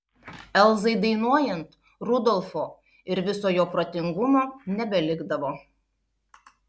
elzai dainuojant rudolfo ir viso jo protingumo nebelikdavo